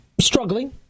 struggling